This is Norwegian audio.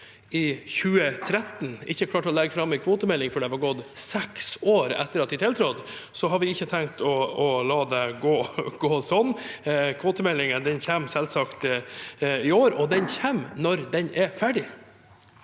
i 2013, klarte ikke å legge fram en kvotemelding før det var gått seks år etter at den tiltrådte. Vi har ikke tenkt å la det gå slik. Kvotemeldingen kommer selvsagt i år, og den kommer når den er ferdig.